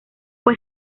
fue